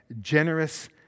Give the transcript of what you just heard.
generous